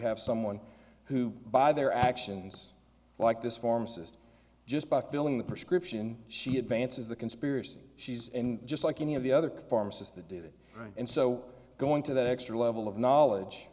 have someone who by their actions like this pharmacist just by filling the prescription she advanced is the conspiracy she's in just like any of the other pharmacist that did it and so going to that extra level of knowledge